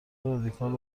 رادیکال